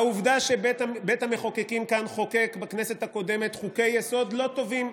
העובדה שבית המחוקקים כאן חוקק בכנסת הקודמת חוקי-יסוד לא טובים,